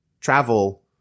travel